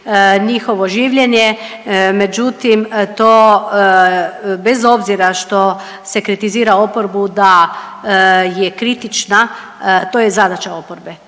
njihovo življenje, međutim to bez obzira što se kritizira oporbu da je kritična, to je zadaća oporbe,